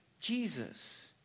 Jesus